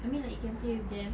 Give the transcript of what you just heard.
I mean like you can play with them